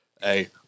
Hey